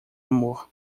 amor